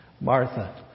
Martha